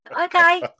Okay